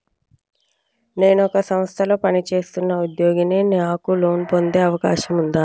నేను ఒక సంస్థలో పనిచేస్తున్న ఉద్యోగిని నాకు లోను పొందే అవకాశం ఉందా?